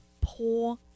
poor